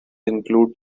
include